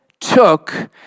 took